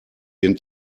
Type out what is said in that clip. den